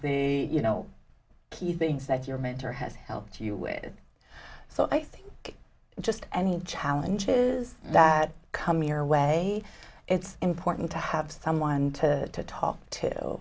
the you know key things that your mentor has helped you with so i think just and he challenges that come your way it's important to have someone to talk to